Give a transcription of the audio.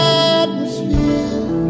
atmosphere